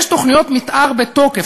יש תוכניות מתאר בתוקף,